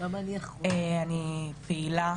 אני פעילה